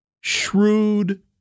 shrewd